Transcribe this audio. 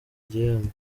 igihembo